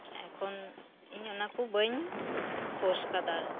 ᱮᱠᱷᱚᱱ ᱤᱧ ᱚᱱᱟ ᱠᱚ ᱵᱟᱹᱧ ᱯᱳᱥ ᱟᱠᱟᱫᱟ